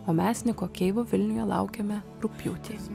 o mes niko keivo vilniuje laukiame rugpjūtį